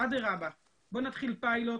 אדרבא, בוא נתחיל פיילוט,